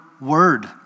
word